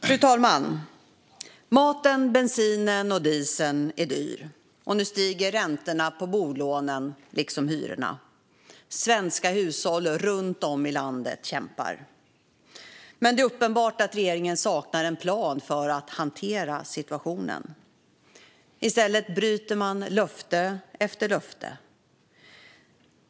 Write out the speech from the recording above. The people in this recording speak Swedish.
Fru talman! Maten, bensinen och dieseln är dyr. Nu stiger räntorna på bolånen liksom hyrorna. Svenska hushåll runt om i landet kämpar. Men det är uppenbart att regeringen saknar en plan för att hantera situationen. I stället bryter man löfte efter löfte.